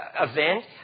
event